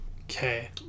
Okay